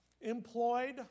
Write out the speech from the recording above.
employed